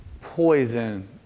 poison